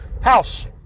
house